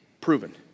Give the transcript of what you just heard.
Proven